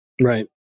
Right